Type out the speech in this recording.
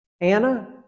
Anna